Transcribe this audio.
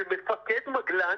שמפקד מגל"ן